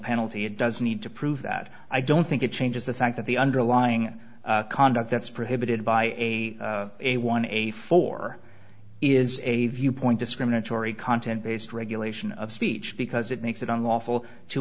penalty it does need to prove that i don't think it changes the fact that the underlying conduct that's prohibited by a a one a four is a viewpoint discriminatory content based regulation of speech because it makes it unlawful to